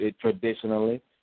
traditionally